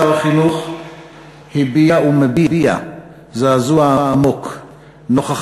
שר החינוך הביע ומביע זעזוע עמוק נוכח